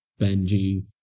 Benji